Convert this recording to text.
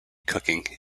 cooking